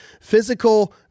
physical